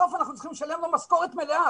בסוף אנחנו צריכים לשלם לו משכורת מלאה,